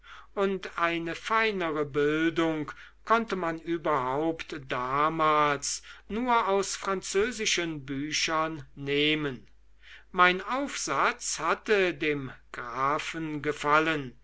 und eine feinere bildung konnte man überhaupt damals nur aus französischen büchern nehmen mein aufsatz hatte dem grafen gefallen